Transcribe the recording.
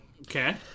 Okay